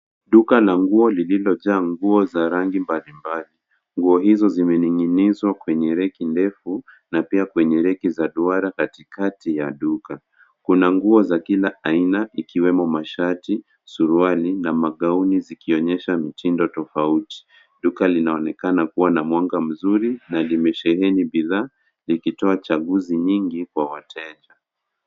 Duka la nguo lililojaa nguo za rangi mbalimbali. Nguo hizo zimening'inizwa kwenye reki ndefu na pia kwenye reki za duara katikati ya duka. Kuna nguo za kila aina ikiwemo mashati, suruali na magauni zikionyesha mitindo tofauti. Duka linaonekana kuwa na mwanga mzuri na limesheheni bidhaa likitoa chaguzi nyingi kwa wateja.